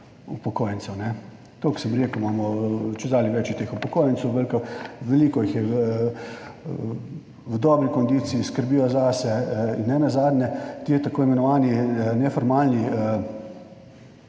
upokojencev. Tako, kot sem rekel, imamo, čedalje več je teh upokojencev, veliko, veliko jih je v dobri kondiciji, skrbijo zase in nenazadnje ti tako imenovani neformalni